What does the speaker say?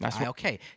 Okay